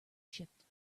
shipped